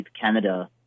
Canada